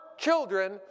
children